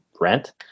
rent